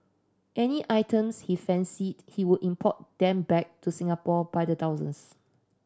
any items he fancied he would import them back to Singapore by the thousands